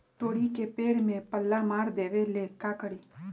तोड़ी के पेड़ में पल्ला मार देबे ले का करी?